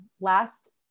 last